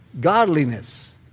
Godliness